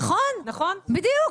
נכון, בדיוק.